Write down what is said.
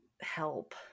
help